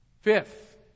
Fifth